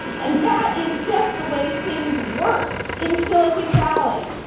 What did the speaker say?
and that is just the way things work in silicon valley,